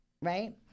right